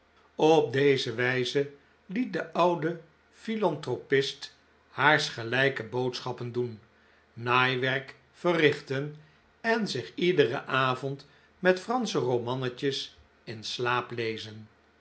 op deze wijze liet de oude philanthropist haars gelijke boodschappen doen naaiwerk verrichten en zich iederen avond met fransche romannetjes in slaap lezen